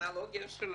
מהטרמינולוגיה שלך: